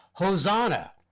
Hosanna